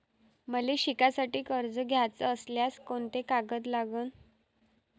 मले शिकासाठी कर्ज घ्याचं असल्यास कोंते कागद लागन?